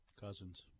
Cousins